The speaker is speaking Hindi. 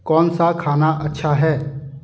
कौन सा खाना अच्छा है